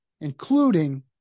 including